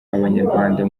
abanyarwanda